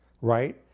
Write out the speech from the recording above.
right